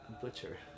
Butcher